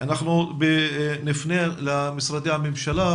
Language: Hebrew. אנחנו נפנה למשרדי הממשלה,